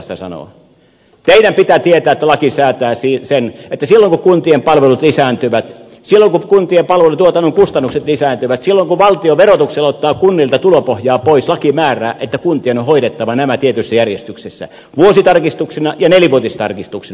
teidän pitää tietää että laki säätää sen että silloin kun kuntien palvelut lisääntyvät silloin kun kuntien palvelutuotannon kustannukset lisääntyvät silloin kun valtio verotuksella ottaa kunnilta tulopohjaa pois laki määrää että kuntien on hoidettava nämä tietyssä järjestyksessä vuositarkistuksina ja nelivuotistarkistuksina